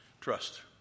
trust